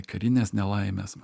karines nelaimes